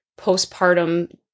postpartum